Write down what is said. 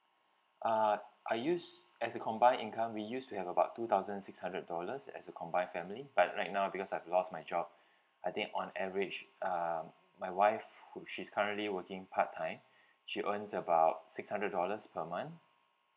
uh I used as a combined income we used to have about two thousand six hundred dollars as a combined family but right now because I've lost my job I think on average um my wife who she's currently working part time she earns about six hundred dollars per month